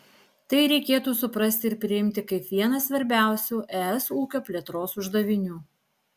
tai reikėtų suprasti ir priimti kaip vieną svarbiausių es ūkio plėtros uždavinių